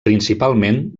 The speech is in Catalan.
principalment